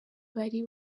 bari